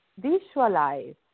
visualize